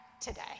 today